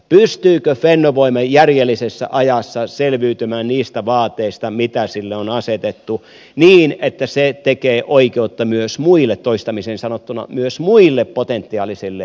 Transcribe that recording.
pystyykö fennovoima järjellisessä ajassa selviytymään niistä vaateista mitä sille on asetettu niin että se tekee oikeutta myös muille toistamiseen sanottuna potentiaalisille luvan hakijoille